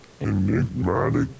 enigmatic